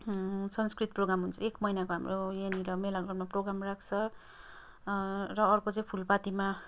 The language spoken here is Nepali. सांस्कृतिक प्रोग्राम हुन्छ एक महिनाको हाम्रो यहाँनिर मेला ग्राउन्डमा प्रोग्राम राख्छ र अर्को चाहिँ फुलपातीमा